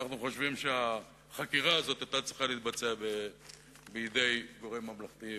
אנחנו חושבים שהחקירה הזאת היתה צריכה להתבצע בידי גורם ממלכתי,